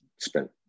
spent